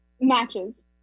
matches